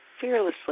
fearlessly